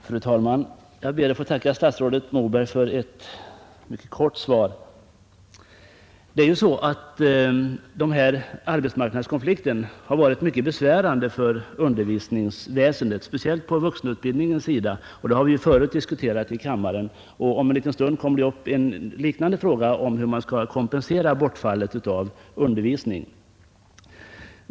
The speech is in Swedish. Fru talman! Jag ber att få tacka statsrådet Moberg för ett mycket kort svar. Det är ju så att arbetsmarknadskonflikten varit mycket besvärande för undervisningsväsendet, speciellt på vuxenutbildningens område, och det har vi förut diskuterat i kammaren. Om en liten stund kommer det upp en liknande fråga om hur man skall kompensera bortfallet av undervisningen.